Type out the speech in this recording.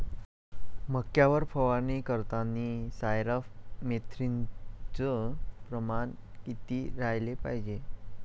मक्यावर फवारनी करतांनी सायफर मेथ्रीनचं प्रमान किती रायलं पायजे?